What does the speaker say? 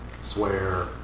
swear